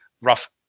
rough